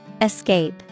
Escape